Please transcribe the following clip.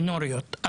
מינוריות,